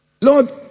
Lord